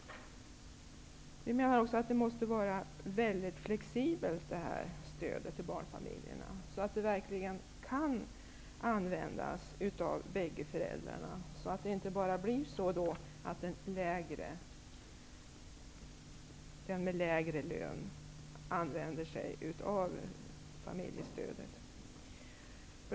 Stödet till barnfamiljerna måste vara väldigt flexibelt, så att det verkligen kan användas av bägge föräldrarna, att inte bara den med lägre lön utnyttjar stödet.